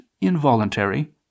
involuntary